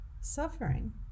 suffering